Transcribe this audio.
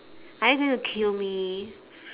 are you going to kill me